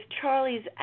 Charlie's